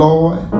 Lord